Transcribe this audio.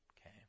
Okay